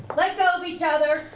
let go of each other.